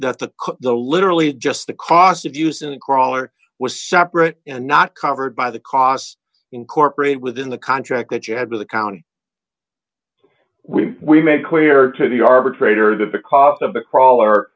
the the literally just the cost of using a crawler was separate and not covered by the cost incorporated within the contract that you had to the county we we make clear to the arbitrator that the cost of the c